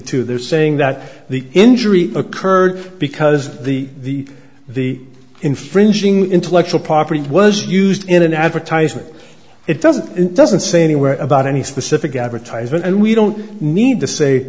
two they're saying that the injury occurred because the the infringing intellectual property was used in an advertisement it doesn't it doesn't say anywhere about any specific advertisement and we don't need to say